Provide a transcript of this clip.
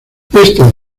esta